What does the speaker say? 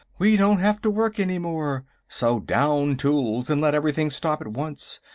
we don't have to work, any more. so down tools and let everything stop at once.